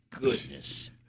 goodness